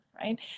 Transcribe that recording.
right